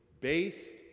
based